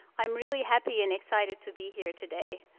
i'm really happy and excited to be here today.